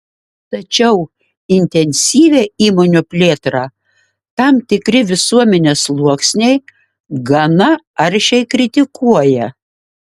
tačiau intensyvią įmonių plėtrą tam tikri visuomenės sluoksniai gana aršiai kritikuoja